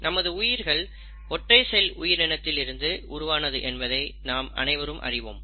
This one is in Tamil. நமது உயிர்கள் ஒற்றை செல் உயிரினத்தில் இருந்து உருவானது என்பதை நாம் அனைவரும் அறிவோம்